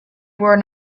were